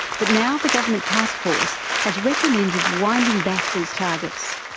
but now the government task force has recommended winding back these targets.